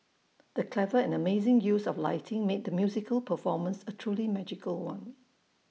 the clever and amazing use of lighting made the musical performance A truly magical one